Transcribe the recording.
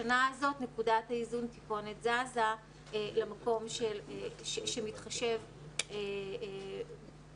בשנה הזאת נקודת האיזון זזה למקום שמתחשב במצב הכספי.